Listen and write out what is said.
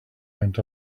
went